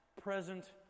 present